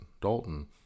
Dalton